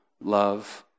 love